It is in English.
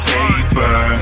Paper